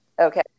Okay